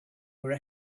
were